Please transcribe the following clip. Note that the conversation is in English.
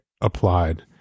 applied